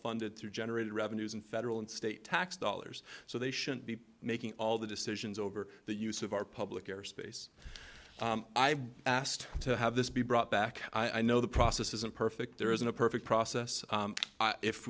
funded through generated revenues and federal and state tax dollars so they shouldn't be making all the decisions over that use of our public airspace i've asked to have this be brought back i know the process isn't perfect as in a perfect process